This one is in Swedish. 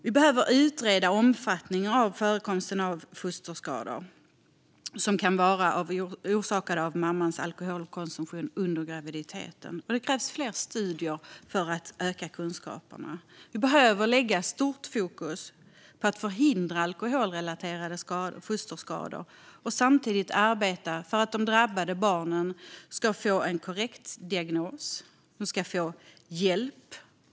Vi behöver utreda hur omfattande förekomsten av fosterskador som kan vara orsakade av mammans alkoholkonsumtion under graviditeten är, och det krävs fler studier för att öka kunskaperna. Vi behöver lägga stort fokus på att förhindra alkoholrelaterade fosterskador och samtidigt arbeta för att de drabbade barnen ska få korrekt diagnos och hjälp.